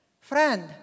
Friend